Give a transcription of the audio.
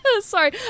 sorry